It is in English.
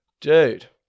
dude